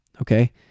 Okay